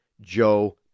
Joe